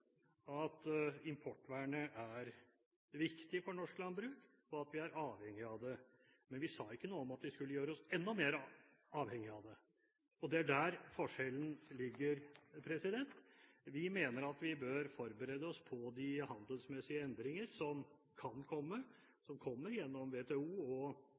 at importvernet er viktig for norsk landbruk, og at vi er avhengig av det. Men vi sa ikke noe om at vi skulle gjøre oss enda mer avhengig av det – og det er der forskjellen ligger. Vi mener at vi bør forberede oss på de handelsmessige endringer som kan komme, og